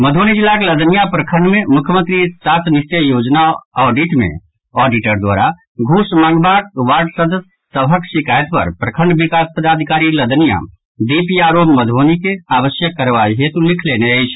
मधुबनी जिलाक लदनियां प्रखंड मे मुख्यमंत्री सात निश्चय योजना ऑडिट मे ऑडिटर द्वारा घूस मंगबाक वार्ड सदस्य सभक शिकायत पर प्रखंड विकास पदाधिकारी लदनियां डीपीआरओ मधुबनी के आवश्यक कार्रवाई हेतु लिखलनि अछि